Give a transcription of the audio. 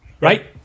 right